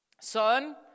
Son